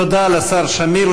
תודה לשר שמיר.